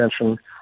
attention